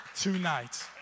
tonight